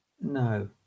no